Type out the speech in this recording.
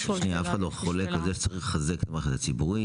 אף אחד לא חולק על זה שצריך לחזק את המערכת הציבורית